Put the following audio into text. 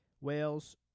Whales